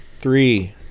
Three